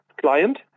client